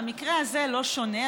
והמקרה הזה לא שונה,